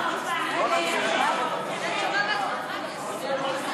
ההצעה להעביר לוועדה את הצעת